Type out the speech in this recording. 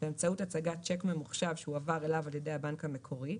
באמצעות הצגת שיק ממוחשב שהועבר אליו על ידי הבנק המקורי,